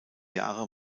jahre